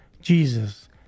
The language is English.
Jesus